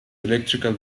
electrical